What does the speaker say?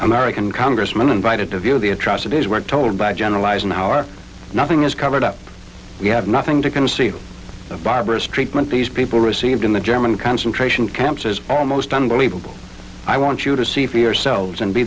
american congressmen invited to view the atrocities were told by general eisenhower nothing is covered up you have nothing to conceal a barbarous treatment these people received in the german concentration camps is almost unbelievable i want you to see for yourselves and be